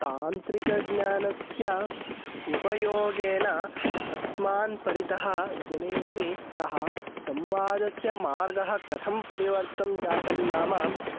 तान्त्रिकज्ञानस्य उपयोगेन अस्मान् परितः जनैः सह संवादस्य मार्गः कथं परिवर्तनं जातं नाम